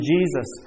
Jesus